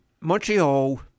Montreal